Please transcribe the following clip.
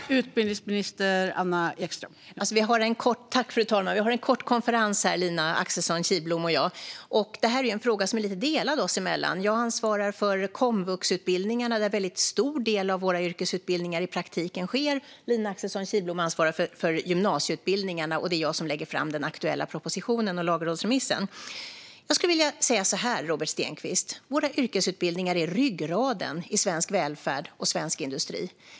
Fru talman! Lina Axelsson Kihlblom och jag hade en kort konferens här. Detta är en fråga som är lite delad mellan oss. Jag ansvarar för komvuxutbildningarna, där en väldigt stor del av våra yrkesutbildningar i praktiken finns. Lina Axelsson Kihlblom ansvarar för gymnasieutbildningarna. Och det är jag som lägger fram den aktuella propositionen och lagrådsremissen. Jag skulle vilja säga så här, Robert Stenkvist: Våra yrkesutbildningar är ryggraden i svensk välfärd och svensk industri.